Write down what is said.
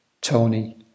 Tony